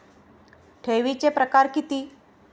ठेवीचे प्रकार किती?